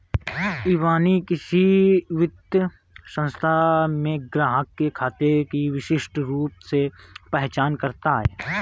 इबानी किसी वित्तीय संस्थान में ग्राहक के खाते की विशिष्ट रूप से पहचान करता है